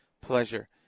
pleasure